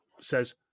says